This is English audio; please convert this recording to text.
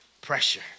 Pressure